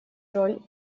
роль